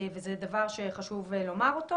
וזה דבר שחשוב לומר אותו.